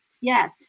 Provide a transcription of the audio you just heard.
Yes